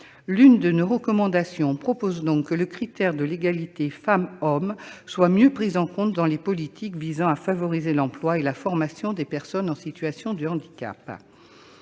L'une de nos recommandations vise donc à prévoir que le critère de l'égalité femmes-hommes soit mieux pris en compte dans les politiques visant à favoriser l'emploi et la formation des personnes en situation de handicap.